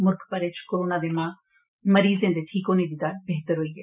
मुल्ख भरै च कोरोना दे मरीजें दे ठीक होने दी दर बेहतर होई ऐ